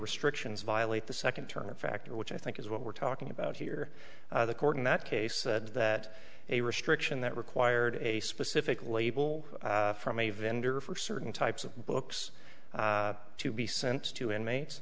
restrictions violate the second term a factor which i think is what we're talking about here the court in that case said that a restriction that required a specific label from a vendor for certain types of books to be sent to an mates